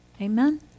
Amen